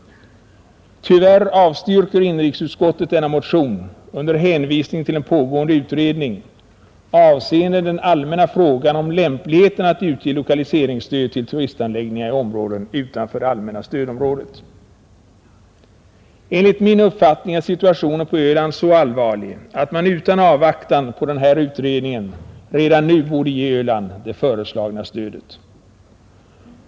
Tyvärr avstyrker inrikesutskottet denna motion under hänvisning till en pågående utredning, avseende den allmänna frågan om lämpligheten att utge lokaliseringsstöd till turistanläggningar i områden utanför det allmänna stödområdet. Enligt min uppfattning är situationen på Öland så allvarlig, att man utan avvaktan på den här utredningen redan nu borde ge Öland det föreslagna stödet.